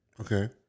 Okay